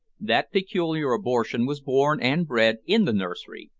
that peculiar abortion was born and bred in the nursery,